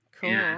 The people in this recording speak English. Cool